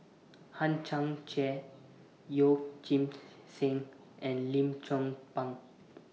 Hang Chang Chieh Yeoh Ghim Seng and Lim Chong Pang